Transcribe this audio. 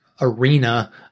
arena